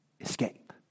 escape